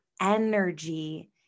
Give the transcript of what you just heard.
energy